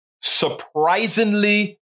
surprisingly